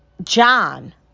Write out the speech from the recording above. John